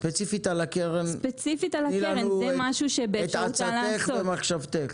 ספציפית על הקרן תני לנו את עצתך ומחשבתך.